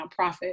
nonprofit